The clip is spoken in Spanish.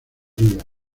elías